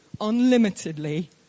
unlimitedly